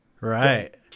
Right